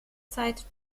zeit